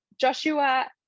Joshua